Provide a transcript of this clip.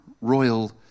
royal